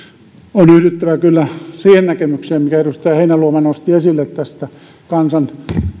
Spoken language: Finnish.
on yhdyttävä kyllä siihen näkemykseen minkä edustaja heinäluoma nosti esille kansan